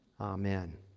Amen